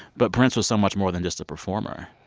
but prince was so much more than just a performer.